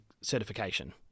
certification